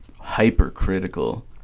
hypercritical